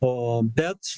o bet